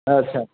अच्छा